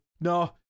No